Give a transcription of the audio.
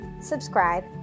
subscribe